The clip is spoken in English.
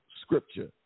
scripture